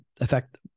affect